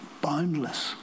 boundless